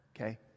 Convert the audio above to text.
okay